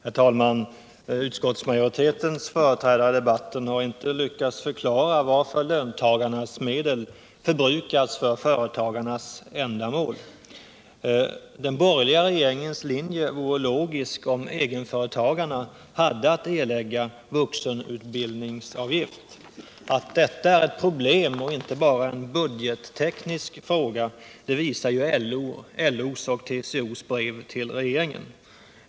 Herr talman! Utskottsmajoritetens företrädare i debatten har inte lyckats förklara varför löntagarnas medel förbrukas för företagarnas ändamål. Den borgerliga regeringens linje vore logisk om egenföretagarna hade att erlägga vuxenutbildningsavgift. Att detta är ett problem och inte bara en budgetteknisk fråga visar LO:s och TCO:s brev till regeringen.